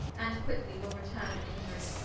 and quickly will returne an iniurie.